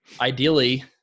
ideally